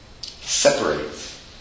separates